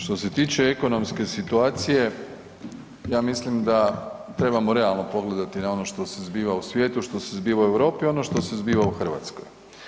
Što se tiče ekonomske situacije, ja mislim da trebamo realno pogledati na ono što se zbiva u svijetu, ono što se zbiva u Europi, ono što se zbiva u Hrvatskoj.